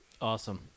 awesome